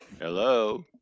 Hello